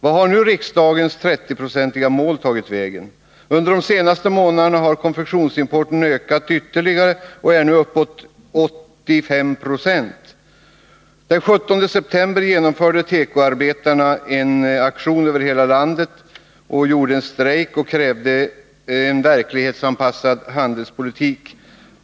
Vart har riksdagens 30-procentiga mål nu tagit vägen? Under de senaste månaderna har konfektionsimporten ökat ytterligare och utgör nu uppåt 85 26. Den 17 september genomförde tekoarbetarna i hela landet en aktion — en strejk — varvid man krävde en verklighetsanpassad handelspolitik.